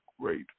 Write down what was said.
great